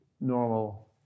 normal